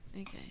okay